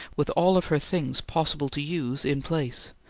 with all of her things possible to use in place,